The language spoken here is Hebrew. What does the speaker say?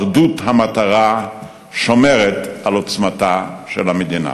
אחדות המטרה שומרת על עוצמתה של המדינה.